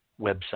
website